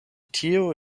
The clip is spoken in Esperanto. tio